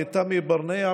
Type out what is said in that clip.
לתמי ברנע,